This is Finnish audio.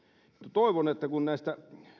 toivon että kun näistä